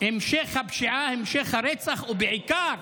המשך הפשיעה, המשך הרצח, ובעיקר,